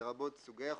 לרבות סוגי החובות,